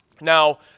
Now